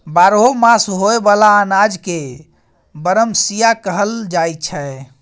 बारहो मास होए बला अनाज के बरमसिया कहल जाई छै